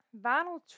vinyl